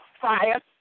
fire